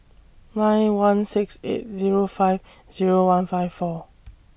nine one six eight Zero five Zero one five four